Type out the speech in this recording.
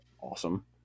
Awesome